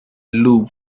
loop